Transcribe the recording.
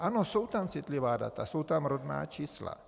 Ano, jsou tam citlivá data, jsou tam rodná čísla.